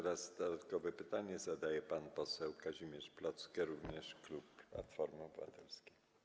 Dodatkowe pytanie zadaje pan poseł Kazimierz Plocke, również klub Platformy Obywatelskiej.